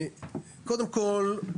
קודם כל,